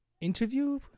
interview